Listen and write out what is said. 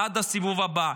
עד הסיבוב הבא.